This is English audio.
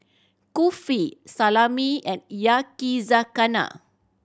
Kulfi Salami and Yakizakana